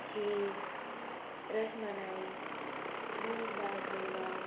खीर रसमलाई मूंग दाल हलवा